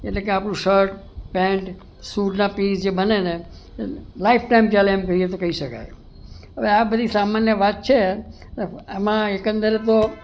એટલે કે આપડું શર્ટ પેન્ટ સુટના પીસ જે બને ને લાઈફ ટાઈમ ચાલે એમ જોઈએ તો કહી શકાય અવે આ બધી સામાન્ય વાત છે આમાં એકંદરે તો